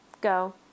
Go